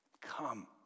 Come